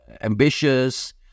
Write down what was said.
ambitious